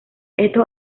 estos